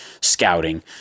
scouting